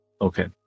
Okay